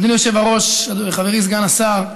אדוני היושב-ראש, חברי סגן השר,